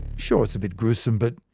sure, it's a bit gruesome. but,